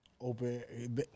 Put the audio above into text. open